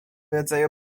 rodzaju